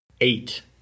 eight